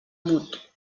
mut